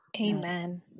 Amen